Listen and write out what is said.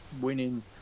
winning